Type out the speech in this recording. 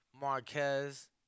Marquez